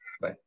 bye